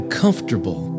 comfortable